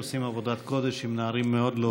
עושים עבודת קודש עם נערים מאוד לא פשוטים.